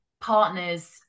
partners